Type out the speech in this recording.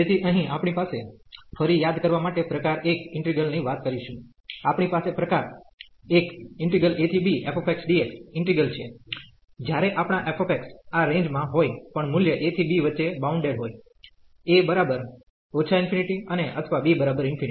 તેથી અહીં આપણી પાસે ફરી યાદ કરવા માટે પ્રકાર 1 ઈન્ટિગ્રલ ની વાત કરીશું આપણી પાસે પ્રકાર 1 abf dx ઈન્ટિગ્રલ છે જ્યારે આપણા f આ રેન્જ માં કોઈ પણ મુલ્ય a થી b વચ્ચે બાઉન્ડેડ હોય a અને અથવા b